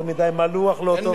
יותר מדי מלוח לא טוב.